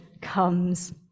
comes